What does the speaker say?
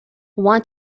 want